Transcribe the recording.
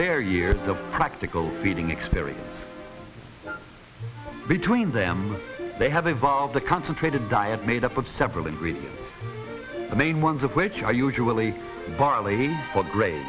their years of practical feeding experience between them they have evolved the concentrated diet made up of several and really the main ones of which are usually barley or gra